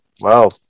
Wow